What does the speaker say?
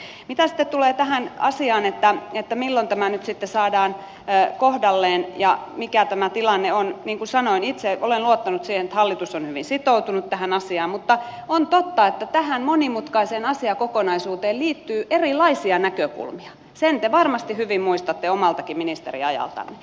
mitä sitten tulee tähän asiaan että milloin tämä nyt sitten saadaan kohdalleen ja mikä tämä tilanne on niin kuin sanoin itse olen luottanut siihen että hallitus on hyvin sitoutunut tähän asiaan mutta on totta että tähän monimutkaiseen asiakokonaisuuteen liittyy erilaisia näkökulmia sen te varmasti hyvin muistatte omaltakin ministeriajaltanne